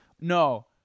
No